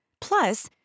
Plus